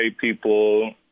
people